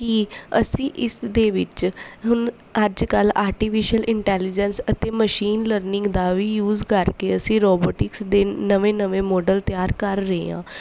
ਕਿ ਅਸੀਂ ਇਸ ਦੇ ਵਿੱਚ ਹੁਣ ਅੱਜ ਕੱਲ੍ਹ ਆਰਟੀਫਿਸ਼ਅਲ ਇੰਟੈਲੀਜੈਂਸ ਅਤੇ ਮਸ਼ੀਨ ਲਰਨਿੰਗ ਦਾ ਵੀ ਯੂਜ ਕਰਕੇ ਅਸੀਂ ਰੋਬੋਟਿਕਸ ਦੇ ਨਵੇਂ ਨਵੇਂ ਮੋਡਲ ਤਿਆਰ ਕਰ ਰਹੇ ਹਾਂ